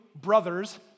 brothers